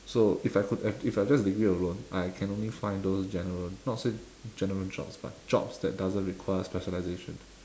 so if I could have if I have just degree alone I can only find those general not say general jobs but jobs that doesn't require specialization